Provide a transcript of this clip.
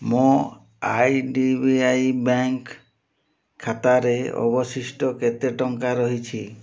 ମୋ I D B I bank ଖାତାରେ ଅବଶିଷ୍ଟ କେତେ ଟଙ୍କା ରହିଛି